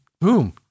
boom